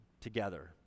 together